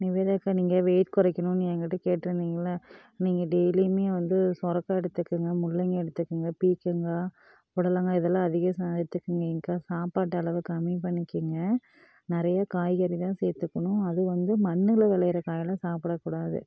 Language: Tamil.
நிவேதாக்கா நீங்கள் வெயிட் குறைக்கணுன்னு எங்கிட்ட கேட்டிருந்திங்கல்ல நீங்கள் டெய்லியுமே வந்து சுரக்கா எடுத்துக்கோங்க முள்ளங்கி எடுத்துக்கோங்க பீர்க்கங்கா புடலங்கா இதெல்லாம் அதிகம் ச எடுத்துக்கோங்கேங்க்கா சாப்பாட்டு அளவு கம்மி பண்ணிக்கோங்க நிறைய காய்கறி தான் சேர்த்துக்கணும் அதுவும் வந்து மண்ணில் விளையிற காயெல்லாம் சாப்பிடக்கூடாது